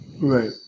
Right